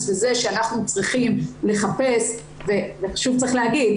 בזה שאנחנו צריכים לחפש ושוב צריך להגיד,